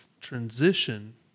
transition